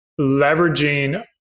leveraging